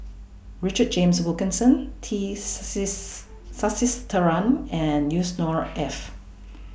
Richard James Wilkinson tees says Sasitharan and Yusnor Ef